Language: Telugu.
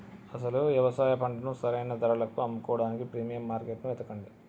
అసలు యవసాయ పంటను సరైన ధరలకు అమ్ముకోడానికి ప్రీమియం మార్కేట్టును ఎతకండి